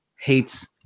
hates